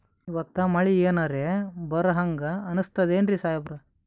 ಇವತ್ತ ಮಳಿ ಎನರೆ ಬರಹಂಗ ಅನಿಸ್ತದೆನ್ರಿ ಸಾಹೇಬರ?